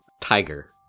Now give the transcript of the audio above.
Tiger